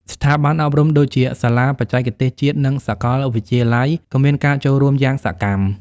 ស្ថាប័នអប់រំដូចជាសាលាបច្ចេកទេសជាតិនិងសាកលវិទ្យាល័យក៏មានការចូលរួមយ៉ាងសកម្ម។